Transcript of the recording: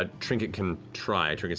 ah trinket can try. trinket's